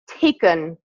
taken